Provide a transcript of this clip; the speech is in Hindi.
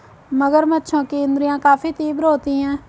मगरमच्छों की इंद्रियाँ काफी तीव्र होती हैं